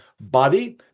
body